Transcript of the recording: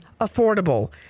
affordable